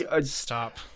Stop